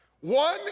One